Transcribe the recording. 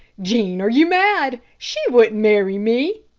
jean are you mad? she wouldn't marry me.